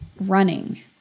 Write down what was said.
running